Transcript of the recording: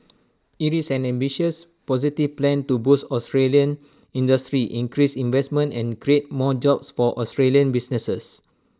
IT is an ambitious positive plan to boost Australian industry increase investment and create more jobs for Australian businesses